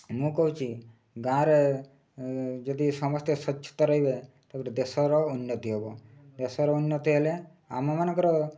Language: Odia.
ମୁଁ କହୁଛି ଗାଁରେ ଯଦି ସମସ୍ତେ ସ୍ୱଚ୍ଛତା ରହିବେ ତ ଗୋଟେ ଦେଶର ଉନ୍ନତି ହେବ ଦେଶର ଉନ୍ନତି ହେଲେ ଆମମାନଙ୍କର